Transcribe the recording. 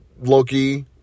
Loki